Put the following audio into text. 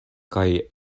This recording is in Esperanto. kaj